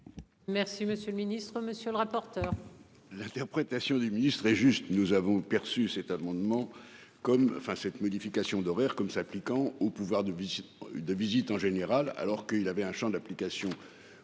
Merci monsieur le ministre, monsieur le rapporteur. L'interprétation du ministre est juste nous avons perçu cet amendement comme enfin cette modification d'horaires comme s'appliquant au pouvoir depuis une visite en général alors qu'il avait un Champ d'application